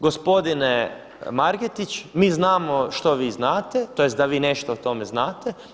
Gospodine Margetić, mi znamo što vi znate, tj. da vi nešto o tome znate.